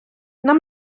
нам